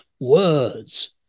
words